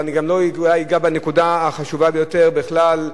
ואני גם לא אגע בנקודה החשובה ביותר בכלל,